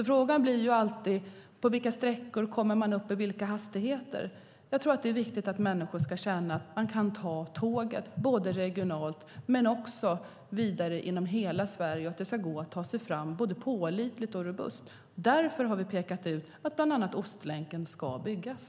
Frågan blir alltid på vilka sträckor man kommer upp i vilka hastigheter. Det är viktigt att människor känner att de kan ta tåget, både regionalt och vidare inom hela Sverige, och att det går att ta sig fram både pålitligt och robust. Därför har vi pekat ut att bland annat Ostlänken ska byggas.